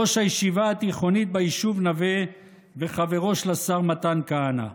ראש הישיבה התיכונית ביישוב נווה וחברו של השר מתן כהנא.